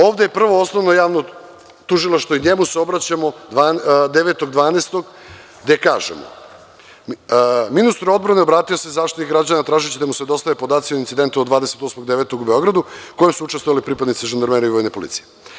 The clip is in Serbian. Ovde je Prvo osnovno javno tužilaštvo i njemu se obraćamo 9. decembra, gde kažemo – ministru odbrane obratio se Zaštitnik građana tražeći da mu se dostave podaci o incidentu od 28. septembra u Beogradu, u kojem su učestvovali pripadnici žandarmerije i vojne policije.